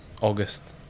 august